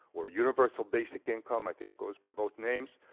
or universal basic income. i think it goes by both names.